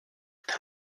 est